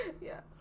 Yes